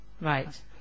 Right